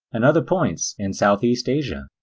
and other points in southeast asia.